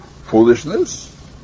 foolishness